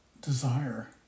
desire